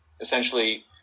essentially